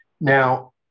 Now